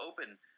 open